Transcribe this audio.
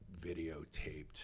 videotaped